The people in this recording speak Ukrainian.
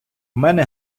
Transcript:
мене